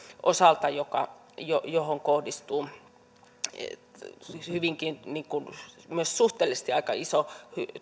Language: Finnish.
osalta johon kohdistuu hyvinkin myös suhteellisesti aika iso